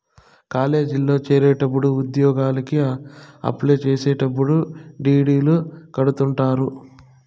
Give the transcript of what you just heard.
కాలేజీల్లో చేరేటప్పుడు ఉద్యోగలకి అప్లై చేసేటప్పుడు డీ.డీ.లు కడుతుంటారు